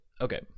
Okay